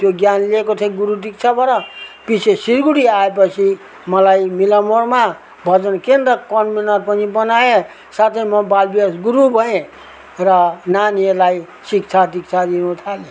त्यो ज्ञान लेको थिएँ गुरु दिक्षाबाट पछि सिलगुडी आएपछि मलाई मिलान मोडमा भजन केन्द्र कन्भेनर पनि बनाए र साथै म बालविकास गुरु भएँ र नानीहरूलाई शिक्षा दिक्षा दिनुथालेँ